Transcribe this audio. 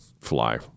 fly